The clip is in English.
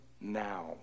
now